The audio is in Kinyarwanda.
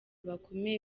bakomeye